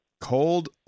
Cold